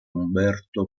umberto